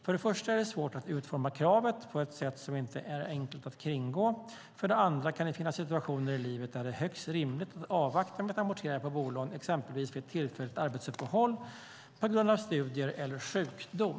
För det första är det svårt att utforma kravet på ett sätt som inte är enkelt att kringgå. För det andra kan det finnas situationer i livet där det är högst rimligt att avvakta med att amortera på bolån, exempelvis vid ett tillfälligt arbetsuppehåll på grund av studier eller sjukdom.